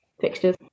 fixtures